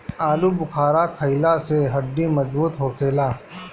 आलूबुखारा खइला से हड्डी मजबूत होखेला